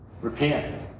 Repent